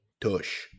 Tush